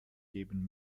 geben